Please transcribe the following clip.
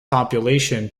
population